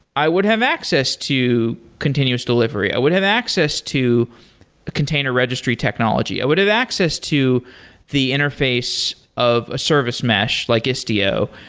i would have access to continuous delivery. i would have access to a container registry technology. i would have access to the interface of a service mesh, like istio.